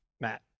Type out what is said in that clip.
Matt